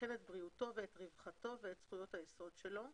וכן את בריאותו ואת רווחתו ואת זכויות היסוד שלו,